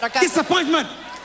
disappointment